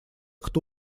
кто